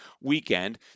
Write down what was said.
weekend